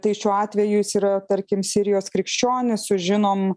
tai šiuo atveju jis yra tarkim sirijos krikščionis sužinom